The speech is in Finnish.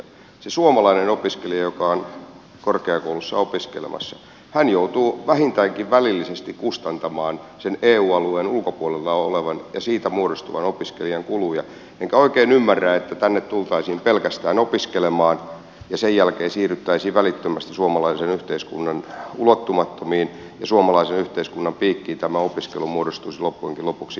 se suomalainen opiskelija joka on korkeakoulussa opiskelemassa joutuu vähintäänkin välillisesti kustantamaan sen eu alueen ulkopuolelta olevan opiskelijan muodostuvia kuluja enkä oikein ymmärrä että tänne tultaisiin pelkästään opiskelemaan ja sen jälkeen siirryttäisiin välittömästi suomalaisen yhteiskunnan ulottumattomiin ja suomalaisen yhteiskunnan piikkiin tämä opiskelu muodostuisi loppujenkin lopuksi ilmaiseksi